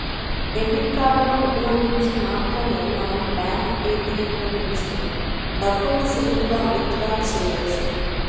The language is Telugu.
డెబిట్ కార్డులను ఉపయోగించి మాత్రమే మనం బ్యాంకు ఏ.టీ.యం ల నుంచి డబ్బుల్ని సులువుగా విత్ డ్రా చెయ్యొచ్చు